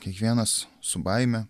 kiekvienas su baime